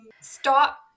stop